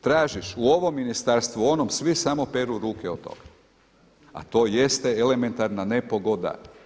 Tražiš u ovom ministarstvu u onom, svi samo peru ruke od toga, a to jeste elementarna nepogoda.